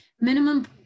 Minimum